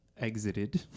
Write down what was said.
exited